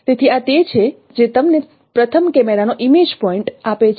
તેથી આ તે છે જે તમને પ્રથમ કેમેરાનો ઇમેજ પોઇન્ટ આપે છે